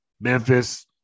Memphis